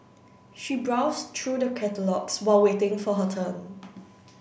she browsed through the catalogues while waiting for her turn